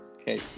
Okay